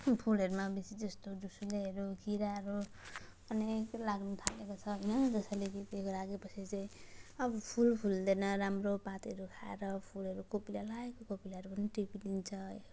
फुलहरूमा बेसीजस्तो झुसुलेहरू किराहरू अनेक लाग्नथालेको होइन यसरी झुसुलेहरू लागेपछि चाहिँ अब फुल फुल्दैन राम्रो पातहरू खाएर फुलहरू कोपिला लागेको कोपिला पनि टिपिदिन्छ